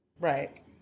Right